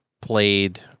played